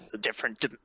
different